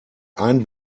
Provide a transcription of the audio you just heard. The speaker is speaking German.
ein